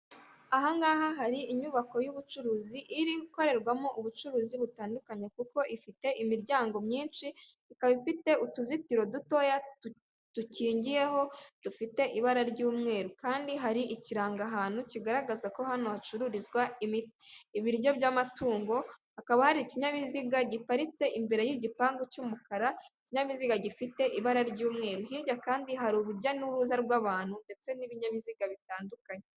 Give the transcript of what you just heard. Ahangaha hari inyubako y'ubucuruzi iri gukorerwamo ubucuruzi butandukanye, kuko ifite imiryango myinshi ikaba ifite utuzitiro dutoya dukingiyeho dufite ibara ry'umweru. Kandi hari ikirangahantu kigaragaza ko hano hacururizwa ibiryo by'amatungo, hakaba hari ikinyabiziga giparitse imbere y'igipangu cy'umukara ikinyabiziga gifite ibara ry'umweru, hirya kandi hari urujya n'uruza rw'abantu ndetse n'ibinyabiziga bitandukanye.